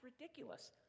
ridiculous